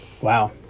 Wow